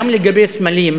גם לגבי סמלים,